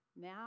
Now